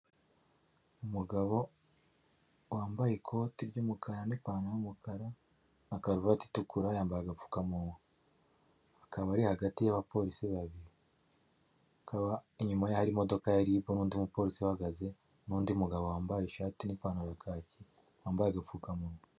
Umugabo wambaye ikoti ry'umukara n'ipantaro y'umukara na karuvati itukura yambaye agapfukamunwa akaba ari hagati y'abapolisi babiri akaba inyuma ye hari imodoka ya ribu n'undi umupolisi uhahagaze n'undi mugabo wambaye ishati n'ipantaro ya kaki wambaye agapfukamunwa.